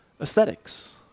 aesthetics